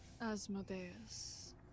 Asmodeus